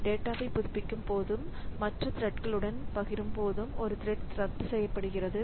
டேட்டாவை புதுப்பிக்கும் போது மற்ற த்ரெட்களுடன் பகிரும்போது ஒரு த்ரெட் ரத்து செய்யப்படுகிறது